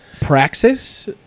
Praxis